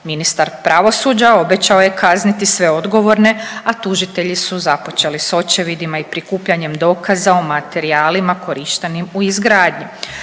Ministar pravosuđa obećao je kazniti sve odgovorne, a tužitelji su započeli sa očevidima i prikupljanjem dokaza o materijalima korištenim u izgradnji.